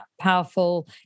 powerful